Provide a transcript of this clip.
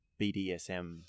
BDSM